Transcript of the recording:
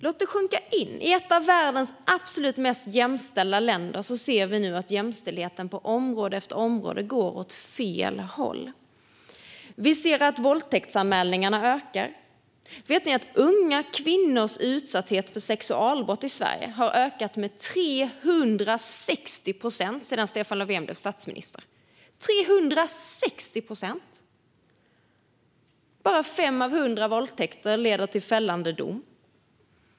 Låt det sjunka in: I ett av världens absolut mest jämställda länder ser vi nu att jämställdheten på område efter område går åt fel håll. Vi ser att antalet våldtäktsanmälningar ökar. Vet ni att unga kvinnors utsatthet för sexualbrott i Sverige har ökat med 360 procent sedan Stefan Löfven blev statsminister? 360 procent! Bara 5 av 100 våldtäkter leder till en fällande dom.